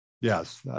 Yes